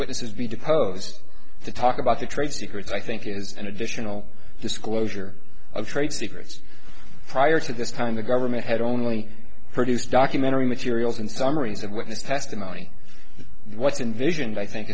witnesses be deposed to talk about the trade secrets i think is an additional disclosure of trade secrets prior to this time the government had only produced documentary materials and summaries of witness testimony what's in vision i think